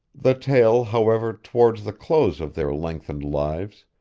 the tale, however, towards the close of their lengthened lives,